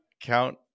Count